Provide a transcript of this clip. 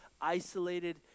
isolated